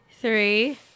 three